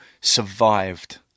survived